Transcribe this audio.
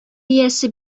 иясе